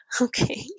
okay